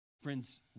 Friends